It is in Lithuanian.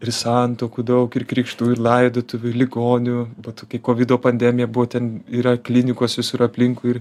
ir santuokų daug ir krikštų ir laidotuvių ligonių po to kai kovido pandemija buvo ten yra klinikos visur aplinkui ir